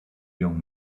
young